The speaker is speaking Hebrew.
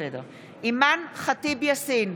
אימאן ח'טיב יאסין,